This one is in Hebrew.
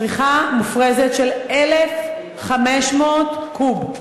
צריכה מופרזת של 1,500 קוב.